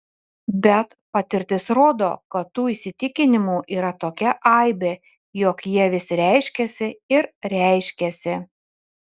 bet patirtis rodo kad tų įsitikinimų yra tokia aibė jog jie vis reiškiasi ir reiškiasi